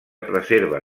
preserva